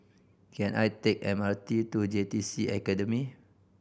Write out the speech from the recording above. can I take M R T to J T C Academy